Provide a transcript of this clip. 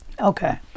Okay